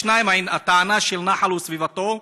2. הטענה של "נחל וסביבתו".